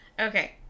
okay